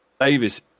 Davis